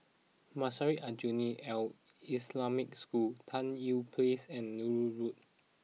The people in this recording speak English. Madrasah Aljunied Al Islamic School Tan Tye Place and Nallur Road